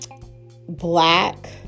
black